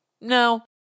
No